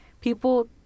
people